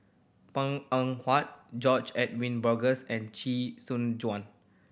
Png Eng Huat George Edwin Bogaars and Chee Soon Juan